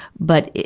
but,